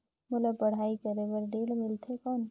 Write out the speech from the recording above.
मोला पढ़ाई करे बर ऋण मिलथे कौन?